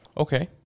Okay